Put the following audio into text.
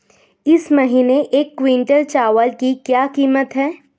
इस महीने एक क्विंटल चावल की क्या कीमत है?